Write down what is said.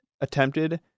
attempted